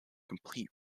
complete